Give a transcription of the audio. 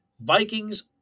Vikings